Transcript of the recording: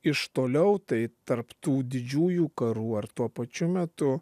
iš toliau tai tarp tų didžiųjų karų ar tuo pačiu metu